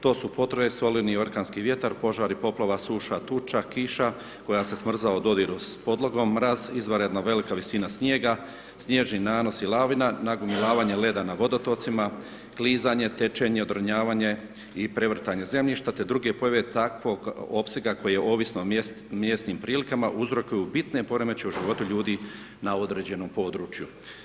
To su potres, olujni i orkanski vjetar, požari, poplava, suša, tuča, kiša koja se smrzava u dodiru s podlogom, mraz, izvanredno velika visina snijega, sniježni nanosi, lavina, nagomilavanje leda na vodotocima, klizanje, tečenje, odronjavanje i prevrtanje zemljišta te druge pojave takvog opsega koji je, ovisno o mjesnim prilikama uzrokuju bitne poremećaje u životu ljudi na određenom području.